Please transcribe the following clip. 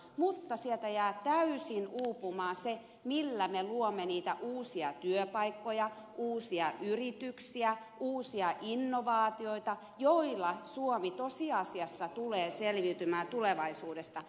mutta sieltä jää täysin uupumaan se millä me luomme niitä uusia työpaikkoja uusia yrityksiä uusia innovaatioita joilla suomi tosiasiassa tulee selviytymään tulevaisuudesta